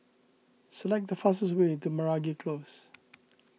select the fastest way to Meragi Close